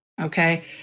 Okay